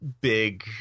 big